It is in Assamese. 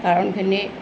কাৰণখিনি